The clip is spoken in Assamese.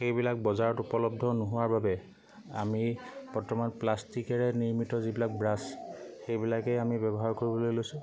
সেইবিলাক বজাৰত উপলব্ধ নোহোৱাৰ বাবে আমি বৰ্তমান প্লাষ্টিকেৰে নিৰ্মিত যিবিলাক ব্ৰাছ সেইবিলাকেই আমি ব্যৱহাৰ কৰিবলৈ লৈছোঁ